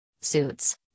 suits